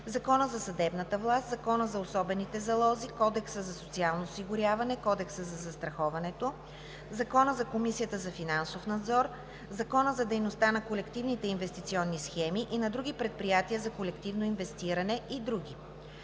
Закона за съдебната власт, Закона за особените залози, Кодекса за социално осигуряване, Кодекса за застраховането, Закона за Комисията за финансов надзор, Закона за дейността на колективните инвестиционни схеми и на други предприятия за колективно инвестиране и други.